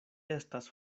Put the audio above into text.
estas